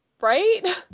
Right